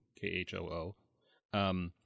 K-H-O-O